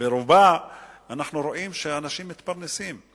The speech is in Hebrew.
ברובה אנחנו רואים שאנשים מתפרנסים.